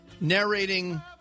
narrating